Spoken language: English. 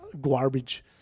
Garbage